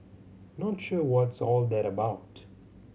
not sure what's all that about